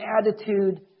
attitude